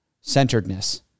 centeredness